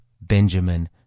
Benjamin